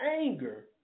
anger